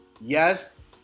yes